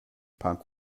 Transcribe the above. punk